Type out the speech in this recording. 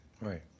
right